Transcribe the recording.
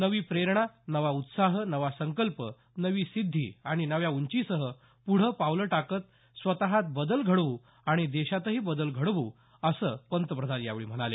नवी प्रेरणा नवा उत्साह नवा संकल्प नवी सिद्धी आणि नव्या उंचीसह पुढं पावलं टाकत स्वतःत बदल घडवू आणि देशातही बदल घडवू असं ते म्हणाले